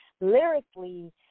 lyrically